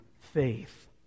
faith